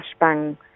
flashbang